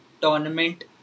tournament